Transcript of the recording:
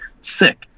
sick